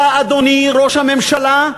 אתה, אדוני ראש הממשלה,